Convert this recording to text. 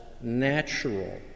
natural